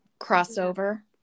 crossover